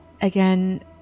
again